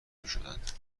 میشدند